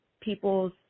people's